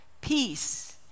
Peace